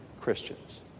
Christians